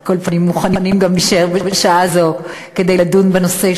על כל פנים מוכנים גם להישאר בשעה זו כדי לדון בנושא,